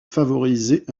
favoriser